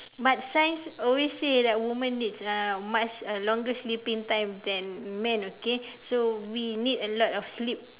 but science always say that women needs uh much a longer sleeping time than men okay so we need a lot of sleep